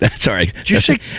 Sorry